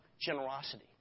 generosity